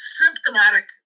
symptomatic